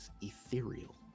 ethereal